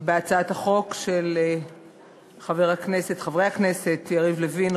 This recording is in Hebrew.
בהצעת החוק של חברי הכנסת יריב לוין,